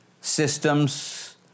Systems